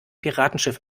piratenschiff